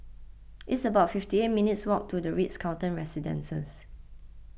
it's about fifty eight minutes' walk to the Ritz Carlton Residences